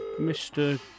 Mr